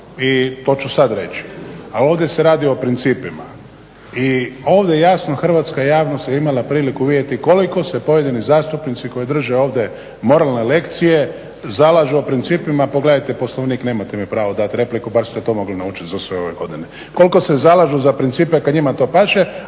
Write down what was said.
i to ću sada reći, a ovdje se radi o principima i ovdje jasno hrvatska javnost je imala priliku vidjeti koliko se pojedini zastupnici koji drže ovdje moralne lekcije zalažu o principima. Pogledajte Poslovnik, nemate mi pravo dat repliku, bar ste to mogli naučiti za sve ove godine. Koliko se zalažu za principe kada njima to paše,